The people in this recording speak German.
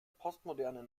postmoderne